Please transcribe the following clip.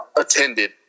attended